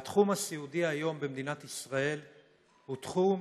התחום הסיעודי במדינת ישראל היום הוא תחום